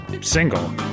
single